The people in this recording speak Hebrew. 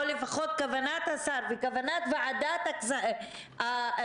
או לפחות כוונת השר וכוונת ועדת הכספים